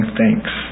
thanks